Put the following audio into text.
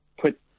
put